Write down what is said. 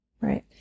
right